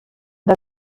der